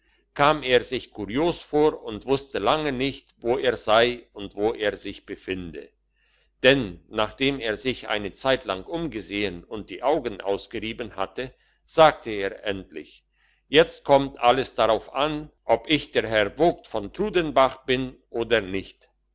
kam er sich kurios vor und wusste lange nicht wo er sei und wo er sich befinde denn nachdem er sich eine zeitlang umgesehen und die augen ausgerieben hatte sagte er endlich jetzt kommt alles darauf an ob ich der vogt von trudenbach bin oder nicht